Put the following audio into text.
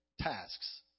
tasks